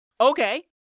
Okay